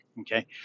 Okay